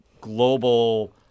global